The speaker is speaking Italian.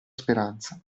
speranza